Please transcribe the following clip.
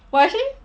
!wah! actually